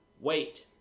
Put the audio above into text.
wait